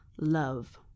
love